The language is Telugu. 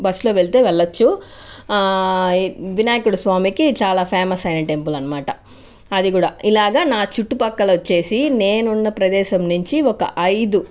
బస్సు లో వెళ్తే వెళ్ళవచ్చు వినాయకుడి స్వామికి చాలా ఫేమస్ అయిన టెంపుల్ అన్నమాట అది కూడా ఇలాగా నా చుట్టుపక్కల వచ్చేసి నేను ఉన్న ప్రదేశం నుంచి ఒక ఐదు